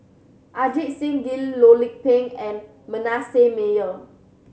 Ajit Singh Gill Loh Lik Peng and Manasseh Meyer